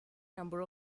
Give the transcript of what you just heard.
number